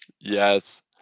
Yes